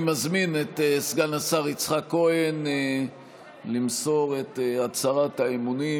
אני מזמין את סגן השר יצחק כהן למסור את הצהרת האמונים,